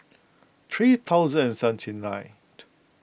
three thousand and seventy ninth